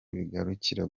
bigarukira